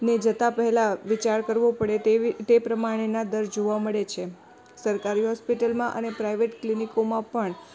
ને જતા પહેલાં વિચાર કરવો પડે તેવી તે પ્રમાણેના દર જોવા મળે છે સરકારી હૉસ્પિટલમાં અને પ્રાઇવેટ ક્લિનિકોમાં પણ